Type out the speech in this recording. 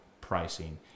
pricing